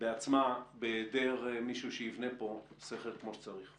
בעצמה בהיעדר מישהו שיבנה פה סכר כמו שצריך.